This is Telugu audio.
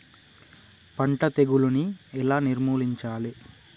పంట తెగులుని ఎలా నిర్మూలించాలి?